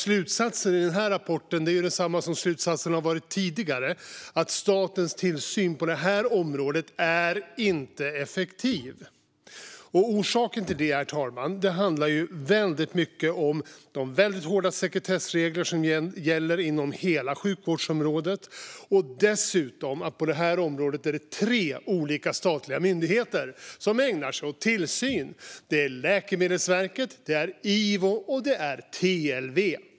Slutsatsen i denna rapport är densamma som slutsatsen har varit tidigare: att statens tillsyn på detta område inte är effektiv. Herr talman! Orsaken till det handlar mycket om de väldigt hårda sekretessregler som gäller inom hela sjukvårdsområdet. Dessutom är det på detta område tre olika statliga myndigheter som ägnar sig åt tillsyn. Det är Läkemedelsverket, Ivo och TLV.